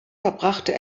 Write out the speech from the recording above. verbrachte